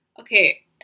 Okay